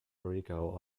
rico